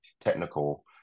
technical